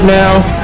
now